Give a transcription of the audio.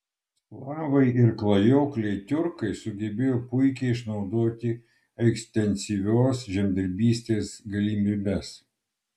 slavai ir klajokliai tiurkai sugebėjo puikiai išnaudoti ekstensyvios žemdirbystės galimybes